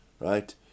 right